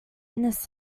his